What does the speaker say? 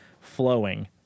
flowing